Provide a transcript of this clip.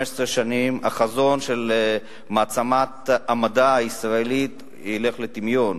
15 שנים החזון של מעצמת המדע הישראלית ירד לטמיון,